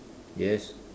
yes